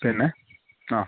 പിന്നെ ആ